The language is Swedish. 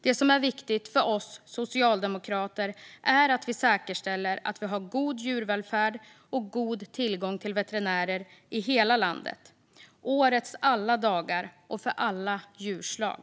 Det som är viktigt för oss socialdemokrater är att vi säkerställer att vi har god djurvälfärd och god tillgång till veterinärer i hela landet, årets alla dagar och för alla djurslag.